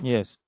Yes